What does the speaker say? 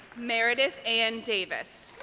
meredith anne davis